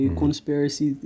conspiracy